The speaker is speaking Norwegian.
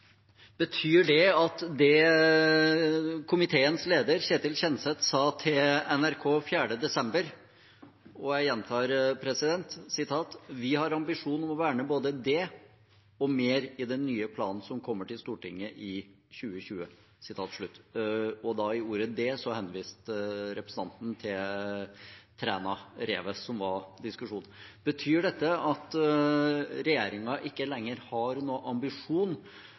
Komiteens leder, Ketil Kjenseth, sa til NRK 4. desember 2019: «Vi har ambisjon om å verne både det og mer i den nye planen som kommer til Stortinget i 2020». Med ordet «det» henviste representanten til Trænarevet, som diskusjonen handlet om. Betyr dette at regjeringen ikke lenger har noen ambisjon